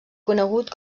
conegut